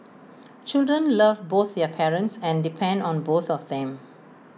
children love both their parents and depend on both of them